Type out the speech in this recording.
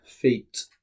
feet